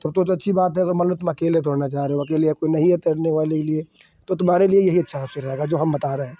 तब तो तो अच्छी बात है अगर मान लो तुम अकेले दौड़ना चाह रहे हो अकेले या कोई नहीं है तैरने वाले के लिए तो तुम्हारे लिए यही अच्छा अवसर रहेगा जो हम बता रहे हैं